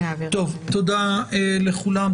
תודה לכולם.